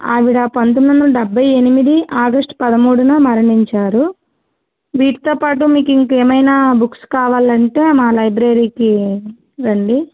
ఆవిడ పంతొమ్మిది వందల డెబ్బై ఎనిమిది ఆగస్ట్ పదమూడున మరణించారు వీటితో పాటు మీకింకేమైనా బుక్స్ కావాలంటే మా లైబ్రరీకి రండి